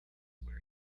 where